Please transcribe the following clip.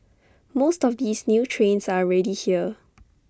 most of these new trains are already here